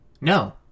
No